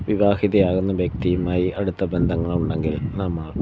വിവാഹിതയാകുന്ന വ്യക്തിയുമായി അടുത്ത ബന്ധങ്ങളുണ്ടെങ്കിൽ നമ്മൾ